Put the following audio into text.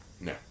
no